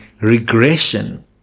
regression